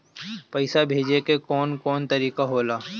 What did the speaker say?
पइसा भेजे के कौन कोन तरीका होला?